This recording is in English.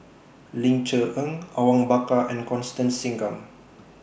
Ling Cher Eng Awang Bakar and Constance Singam